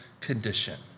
condition